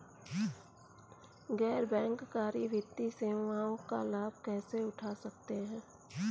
गैर बैंककारी वित्तीय सेवाओं का लाभ कैसे उठा सकता हूँ?